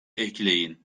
ekleyin